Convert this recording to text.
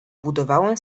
budowałem